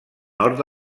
nord